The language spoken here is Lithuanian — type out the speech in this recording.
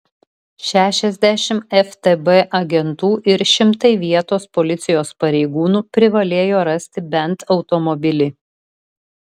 šešiasdešimt ftb agentų ir šimtai vietos policijos pareigūnų privalėjo rasti bent automobilį